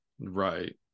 right